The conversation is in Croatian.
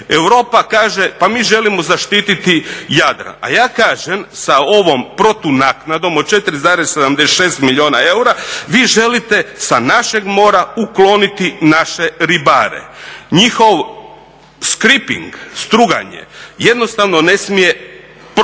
Europa kaže pa mi želimo zaštititi Jadran, a ja kažem sa ovom protunaknadom od 4,76 milijuna eura vi želite sa našeg mora ukloniti naše ribare. Njihov skriping, struganje, jednostavno ne smije proći.